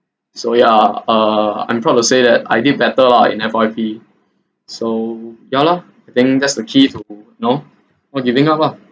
so ya uh I'm proud to say that I did better lah in F_Y_P so ya lor I think that's the key to you know not giving up lah